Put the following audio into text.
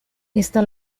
esta